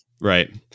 Right